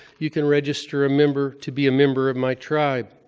you can register a member to be a member of my tribe.